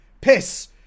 piss